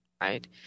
right